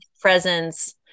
presence